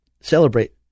celebrate